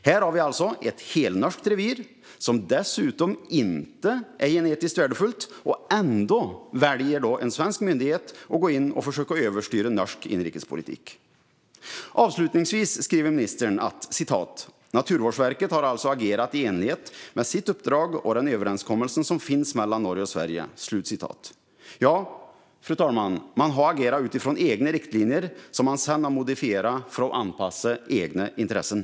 Här har vi alltså ett helnorskt revir som dessutom inte är genetiskt värdefullt. Ändå väljer en svensk myndighet att gå in och försöka att styra över norsk inrikespolitik. Avslutningsvis skriver ministern: "Naturvårdsverket har alltså agerat i enlighet med sitt uppdrag och den överenskommelse som finns mellan Sverige och Norge." Fru talman! Man har agerat utifrån egna riktlinjer som man sedan har modifierat för att passa de egna intressena.